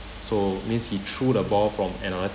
so means he threw the ball from another